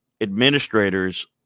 administrators